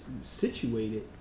situated